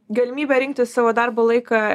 galimybė rinktis savo darbo laiką